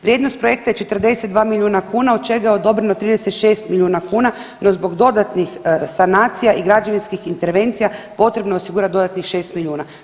Vrijednost projekta je 42 milijuna kuna, o čega je odobreno 36 milijuna kuna, no zbog dodatnih sanacija i građevinskih intervencija, potrebno je osigurati 6 milijuna.